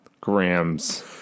grams